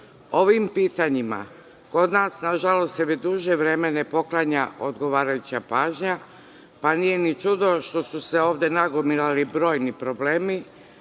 Ovim pitanjima, kod nas, nažalost, se već duže vreme ne poklanja odgovarajuća pažnja, pa nije ni čudo što su se ovde nagomilali brojni problemi,